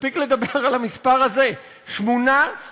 מספיק לדבר על המספר הזה: בשנה שעברה